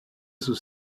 sus